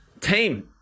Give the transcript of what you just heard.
team